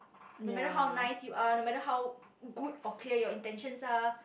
no matter how nice you are no matter how good or clear your intentions are